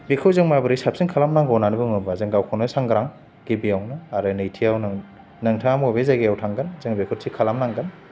बेखौ जों माबोरै साबसिन खालामनांगौ होन्नानै बुङोबा जों गावखौनो सांग्रां गिबियावनो आरो नैथियाव नों नोंथाङा बबे जायगायाव थांगोन जों बेखौ थिक खालामनांगोन